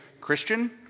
Christian